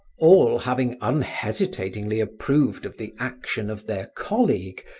all having unhesitatingly approved of the action of their colleague,